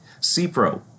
CPRO